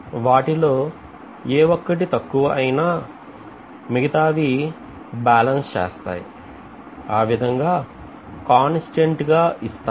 వాటిలో ఏ ఒక్కటి తక్కువ అయినా సరే మిగతావి ఎక్కువ మొత్తాన్ని బాలన్స్ చేస్తాయి ఆ విదంగా ను కాన్స్టాంట్ గ ఇస్తాయి